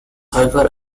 however